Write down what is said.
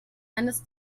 eines